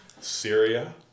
syria